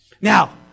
Now